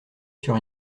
sur